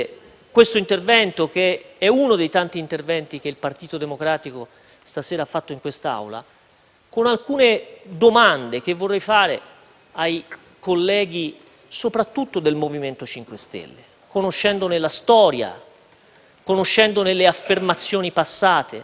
con alcune domande che vorrei porre, soprattutto ai colleghi del MoVimento 5 Stelle, conoscendone la storia, e le affermazioni passate. La prima cosa che vorrei chiedere loro è: ma che cosa siete diventati?